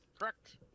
Correct